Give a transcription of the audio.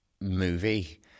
movie